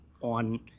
on